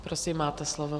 Prosím, máte slovo.